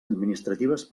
administratives